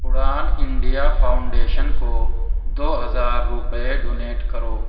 اڑان India foundation کو دو ہزار روپے ڈونیٹ کرو